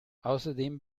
außerdem